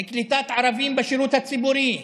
בקליטת ערבים בשירות הציבורי,